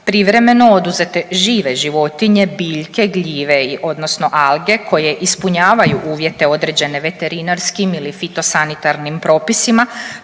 privremeno oduzete žive životinje, biljke, gljive i odnosno alge koje ispunjavaju uvjete određene veterinarskim ili fitosanitarnim propisima